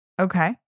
Okay